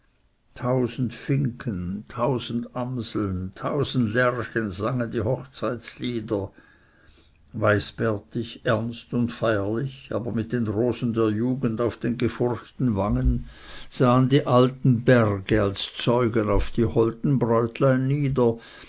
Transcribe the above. tausend finken tausend amseln tausend lerchen sangen die hochzeitlieder weißbärtig ernst und feierlich aber mit den rosen der jugend auf den gefurchten wangen sahen die alten berge als zeugen auf die holden bräutlein nieder